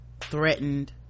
threatened